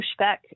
pushback